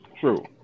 true